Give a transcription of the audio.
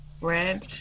Red